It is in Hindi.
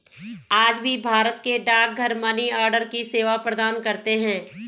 आज भी भारत के डाकघर मनीआर्डर की सेवा प्रदान करते है